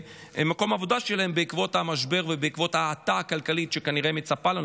מקום העבודה שלהם בעקבות המשבר ובעקבות ההאטה הכלכלית שכנראה מצפה לנו,